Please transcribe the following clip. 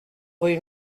rue